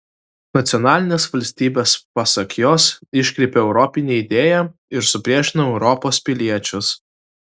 nacionalinės valstybės pasak jos iškreipia europinę idėją ir supriešina europos piliečius